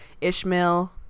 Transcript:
Ishmael